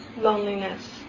loneliness